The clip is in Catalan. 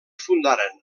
fundaren